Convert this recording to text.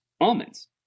almonds